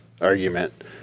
argument